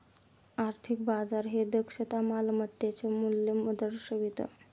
आर्थिक बाजार हे दक्षता मालमत्तेचे मूल्य दर्शवितं